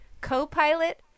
co-pilot